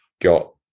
got